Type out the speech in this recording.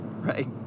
right